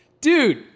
Dude